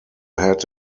had